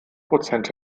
prozent